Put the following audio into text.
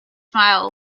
smile